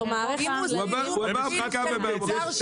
אני רוצה את התשובה הבאה.